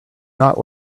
not